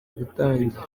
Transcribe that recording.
gutangira